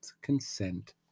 consent